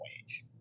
wage